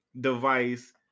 device